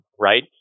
right